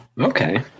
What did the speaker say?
Okay